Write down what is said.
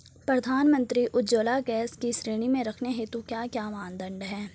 प्रधानमंत्री उज्जवला गैस योजना की श्रेणी में रखने हेतु क्या क्या मानदंड है?